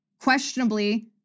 Questionably